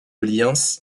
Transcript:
liens